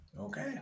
okay